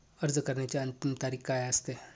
अर्ज करण्याची अंतिम तारीख काय असते?